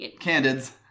candids